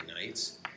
nights